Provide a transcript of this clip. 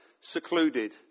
secluded